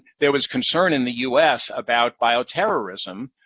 there was concern in the us about bioterrorism.